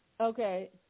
Okay